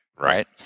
right